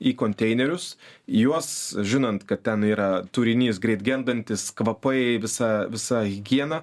į konteinerius juos žinant kad ten yra turinys greit gendantys kvapai visa visa higiena